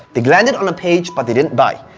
they landed on the page, but they didn't buy,